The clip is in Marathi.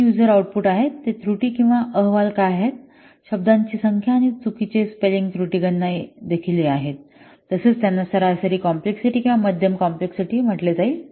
3 यूजरआउटपुट आहेत ते त्रुटी किंवा अहवाल काय आहेत शब्दांची संख्या आणि चुकीचे स्पेलिंग त्रुटी गणना देखील आहेत तसेच त्यांना सरासरी कॉम्प्लेक्सिटी किंवा मध्यम कॉम्प्लेक्सिटी मानले जाईल